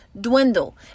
dwindle